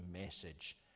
message